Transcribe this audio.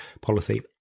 policy